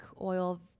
oil